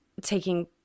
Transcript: taking